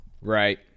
right